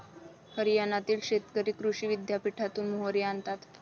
हरियाणातील शेतकरी कृषी विद्यापीठातून मोहरी आणतात